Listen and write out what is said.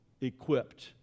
equipped